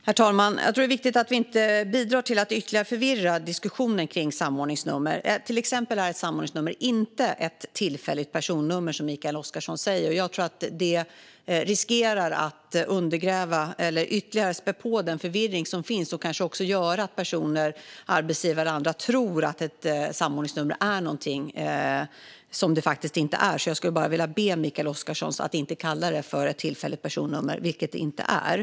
Herr talman! Jag tror att det är viktigt att vi inte bidrar till att ytterligare förvirra diskussionen kring samordningsnummer. Till exempel är ett samordningsnummer inte ett tillfälligt personnummer, som Mikael Oscarsson säger. Jag tror att det riskerar att undergräva eller ytterligare spä på den förvirring som finns om man säger så. Det kanske också gör att personer, arbetsgivare och andra, tror att ett samordningsnummer är någonting som det faktiskt inte är. Jag skulle vilja be Mikael Oscarsson att inte kalla det för ett tillfälligt personnummer, vilket det inte är.